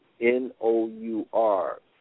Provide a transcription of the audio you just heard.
N-O-U-R